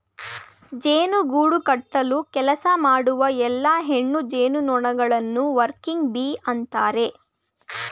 ಜೇನು ಗೂಡು ಕಟ್ಟಲು ಕೆಲಸ ಮಾಡುವ ಎಲ್ಲಾ ಹೆಣ್ಣು ಜೇನುನೊಣಗಳನ್ನು ವರ್ಕಿಂಗ್ ಬೀ ಅಂತರೆ